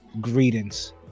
Greetings